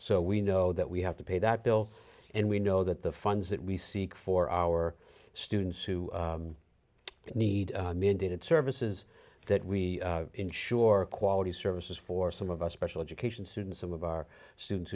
so we know that we have to pay that bill and we know that the funds that we seek for our students who need minted services that we ensure quality services for some of us special education students some of our students